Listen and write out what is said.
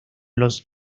los